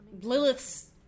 Lilith's